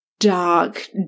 Dark